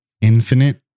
Infinite